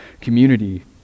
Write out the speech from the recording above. community